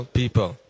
people